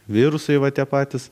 virusai va tie patys